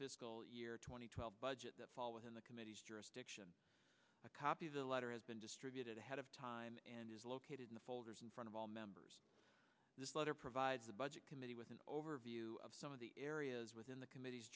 fiscal year two thousand and twelve budget that fall within the committee's jurisdiction a copy of the letter has been distributed ahead of time and is located in the folders in front of all members this letter provides the budget committee with an overview of some of the areas within the committee